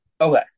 Okay